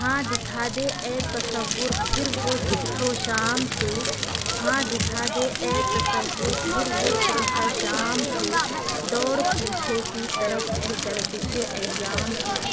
ہاں دکھا دے اے تصور پھر وہ صبح و شام تو ہاں دکھا دے اے تصور پھر وہ صبح و شام تو ڈوڑ پیچھے کی طرف اے گردش ایام تو